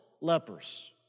lepers